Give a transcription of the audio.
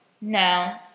No